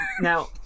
Now